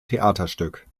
theaterstück